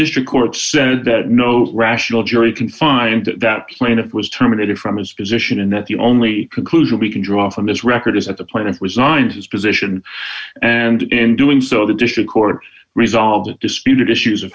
district court said that no rational jury can find that plaintiff was terminated from his position and that the only conclusion we can draw from his record is at the point of resigned his position and in doing so the dish a court resolved it disputed issues of